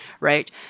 right